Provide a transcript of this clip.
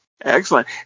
Excellent